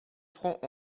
francs